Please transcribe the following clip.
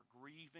grieving